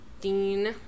dean